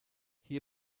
hier